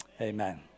Amen